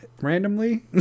randomly